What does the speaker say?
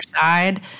side